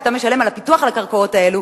כשאתה משלם פיתוח על הקרקעות האלה,